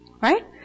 right